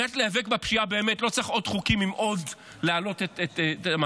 על מנת להיאבק בפשיעה באמת לא צריך עוד חוקים ולהעלות עוד את המעצר,